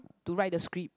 to write the script